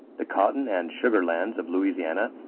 the cotton and sugar lands of louisiana,